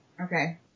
Okay